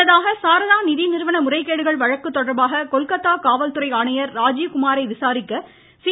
முன்னதாக சாரதா நிதிநிறுவன முறைகேடுகள் வழக்கு தொடர்பாக கொல்கத்தா காவல்துறை ஆணையர் ராஜீவ்குமாரை விசாரிக்க சி